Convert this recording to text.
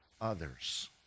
others